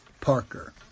Parker